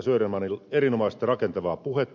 södermanin erinomaista rakentavaa puhetta